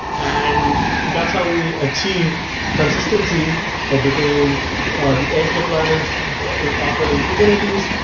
and that's how we achieve consistency ah between the edge deployments authored in kubernetes,